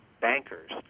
bankers